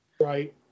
Right